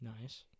Nice